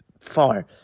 far